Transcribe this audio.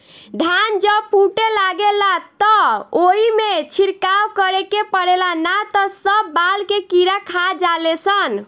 धान जब फूटे लागेला त ओइमे छिड़काव करे के पड़ेला ना त सब बाल के कीड़ा खा जाले सन